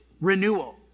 renewal